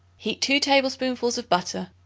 heat two tablespoonfuls of butter.